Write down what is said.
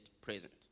present